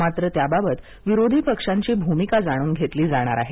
मात्र त्याबाबत विरोधी पक्षांची भूमिका जाणून घेतली जाणार आहे